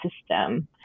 system